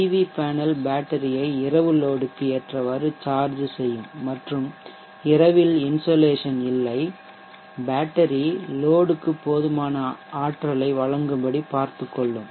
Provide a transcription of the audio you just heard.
B V panel பேட்டரியை இரவு load க்கு ஏற்றவாறு சார்ஜ் செய்யும் மற்றும் இரவில் இன்சோலேஷன் இல்லை பேட்டரி லோட்க்கு போதுமான அளவு ஆற்றலை வழங்கும்படி பார்த்துக்கொள்ளும்